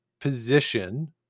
position